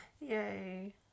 Yay